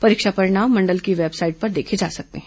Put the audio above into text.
परीक्षा परिणाम मंडल की वेबसाइट पर देखा जा सकता है